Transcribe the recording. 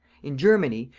in germany,